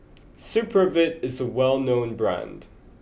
Supravit is a well known brand